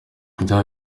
byaba